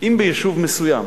אם ביישוב מסוים